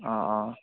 অঁ অঁ